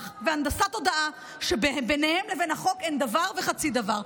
והנדסת תודעה שביניהם לבין החוק אין דבר וחצי דבר.